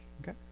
Okay